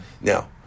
Now